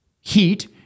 heat